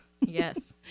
Yes